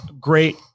great